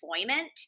employment